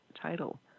title